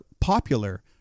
popular